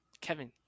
Kevin